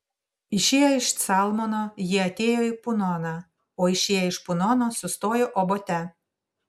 išėję iš calmono jie atėjo į punoną o išėję iš punono sustojo obote